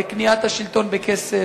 לקניית השלטון בכסף,